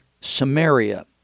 Samaria